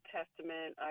Testament